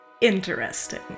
interesting